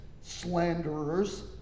slanderers